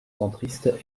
centriste